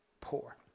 poor